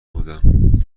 بودم